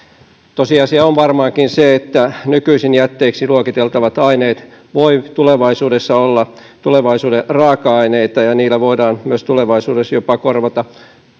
tosiasia on varmaankin se että nykyisin jätteeksi luokiteltavat aineet voivat olla tulevaisuuden raaka aineita ja niillä voidaan myös tulevaisuudessa jopa korvata